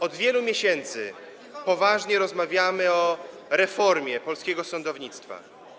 Od wielu miesięcy poważnie rozmawiamy o reformie polskiego sądownictwa.